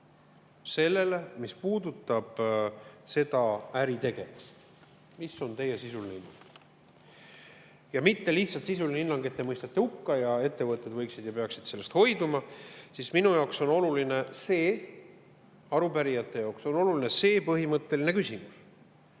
kohta, mis puudutab seda äritegevust. Mis on teie sisuline hinnang? Ja mitte lihtsalt sisuline hinnang, et te mõistate hukka ja ettevõtted võiksid ja peaksid sellest hoiduma. Minu jaoks on oluline, arupärijate jaoks on oluline see põhimõtteline küsimus,